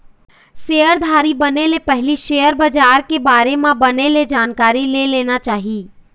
सेयरधारी बने ले पहिली सेयर बजार के बारे म बने ले जानकारी ले लेना चाही